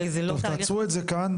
הרי זה לא תהליך --- תעצרו את זה כאן,